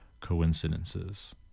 coincidences